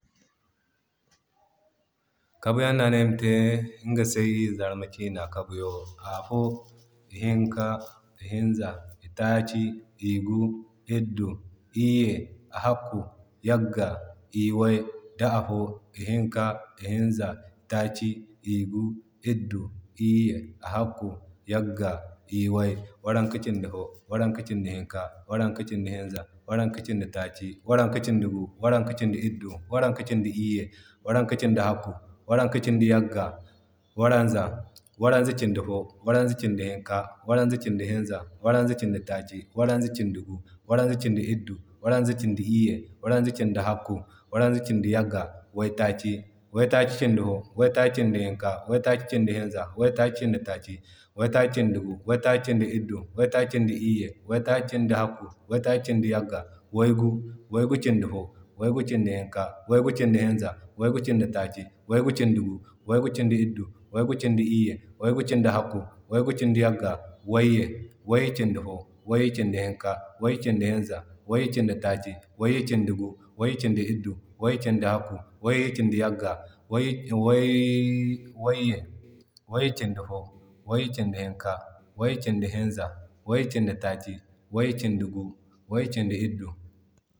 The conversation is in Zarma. Kabuyan no ane ayma te iga se iri Zarma ciina kabuyano. Afo, i hink, i hinza, i taci, Iguu, iddu, iiye hakku yagga, i way. I way kinde fo, i way kinde hinza, i way kinde taaki, I way kinde guu, i way kinde iddu, i way kinde iiye, I way kinde hakku, i way kine yagga, waranka. Waranka kinde fo, waranka kinde hinka, waranka kinde hinza, waranka kinde taaki, waranka kinde guu, waranka kinde iddu, waranka kinde iiye, waranka kinde hakku, waranka kinde yagga, waranza. Waranza kinde fo, waranza kinde hinka, waranza kinde hinza, waranza kinde taaki, waranza kinde guu, waranza kinde iddu, waranza kinde iiye, waranza kinde hakku, waranza kinde yagga, waytaaki. Waytaaki kindi fo, waytaaki kindi hinka, waytaaki kindi hinza, waytaaki kindi taaki, waytaaki kindi guu, waytaaki kindi iddu, waytaaki kindi iiye, waytaaki kindi hakku, waytaaki kinde yagga, wayguu. Wayguu kinde do, wayguu kinde hinka, wayguu kinde hinza, wayguu kinde taaki, wayguu kinde guu, wayguu kinde iddu, wayguu kinde iiye, wayguu kinde hakku, wayguu kinde yagga, waydu. Waydu kinde fo, waydu kinde hinka, waydu kinde hinza, waydu kinde taaki, waydu kinde guu, waydu kinde iddu, waydu kinde iiye, waydu kinde hakku, waydu kinde yagga, wayye. Wayye kinde fo, wayye kinde hinka, wayye kine hinza, wayye kinde taaki, wayye kinde guu, wayye kinde iddu.